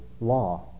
law